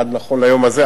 עד נכון ליום הזה,